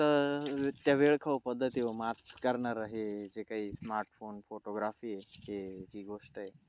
तर त्या वेळ खाऊ पद्धतीवर मात करणारं हे जे काही स्मार्टफोन फोटोग्राफी आहे हे जी गोष्ट आहे